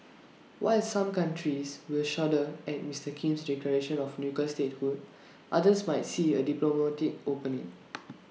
while some countries will shudder at Mister Kim's declaration of nuclear statehood others might see A diplomatic opening